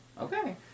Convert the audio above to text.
Okay